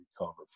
recover